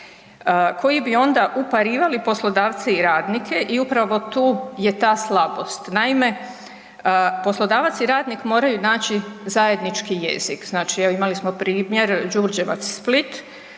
koji bi onda uparivali poslodavce i radnike i upravo tu je ta slabost. Naime, poslodavac i radnik moraju naći zajednički jezik, evo imali smo primjer Đurđevac-Split